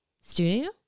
studio